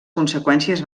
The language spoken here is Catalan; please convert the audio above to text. conseqüències